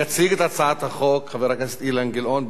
יציג את הצעת החוק חבר הכנסת אילן גילאון,